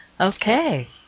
Okay